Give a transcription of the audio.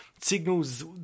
signals